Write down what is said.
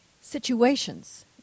situations